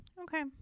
Okay